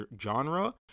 genre